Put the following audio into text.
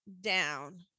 down